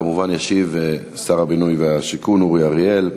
כמובן ישיב שר הבינוי והשיכון אורי אריאל.